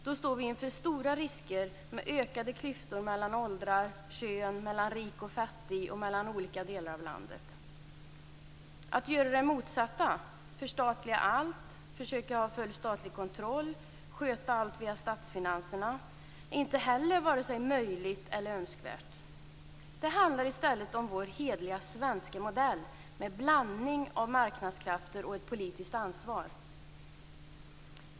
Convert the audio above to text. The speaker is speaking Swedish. Då står vi inför stora risker med ökande klyftor mellan åldrar, mellan kön, mellan rik och fattig och mellan olika delar av landet. Att göra det motsatta, dvs. förstatliga allt, försöka ha full statlig kontroll och sköta allt via statsfinanserna är inte heller vare sig möjligt eller önskvärt. Det handlar i stället om vår hederliga svenska modell med blandning av marknadskrafter och ett politiskt ansvar.